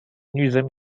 nudism